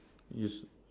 you